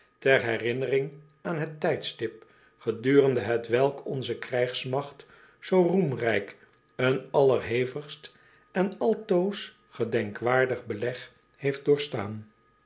ter herinnering aan het tijdstip gedurende hetwelk onze krijgsmagt zoo roemrijk een allerhevigst en altoos gedenkwaardig beleg heeft doorgestaan